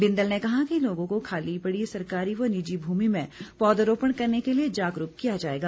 बिंदल ने कहा कि लोगों को खाली पड़ी सरकारी व निजी भूमि में पौध रोपण करने के लिए जागरूक किया जाएगा